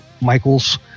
michaels